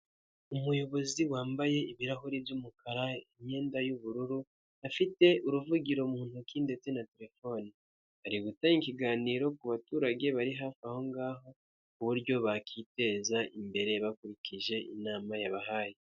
Umuyobozi wambaye ibirahuri by'umukara imyenda y'ubururu afite uruvugiro mu ntoki ndetse na telefoni ari gutanga ikiganiro ku baturage bari hafi aho ngaho ku buryo bakiteza imbere bakurikije inama yabahaye.